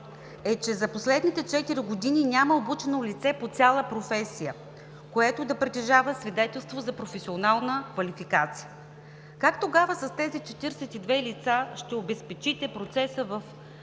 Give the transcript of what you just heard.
е, че за последните четири години няма обучено лице по професия, което да притежава свидетелство за професионална квалификация. Как тогава с тези 42 лица ще обезпечите процеса с